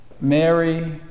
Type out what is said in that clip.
Mary